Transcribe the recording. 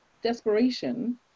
desperation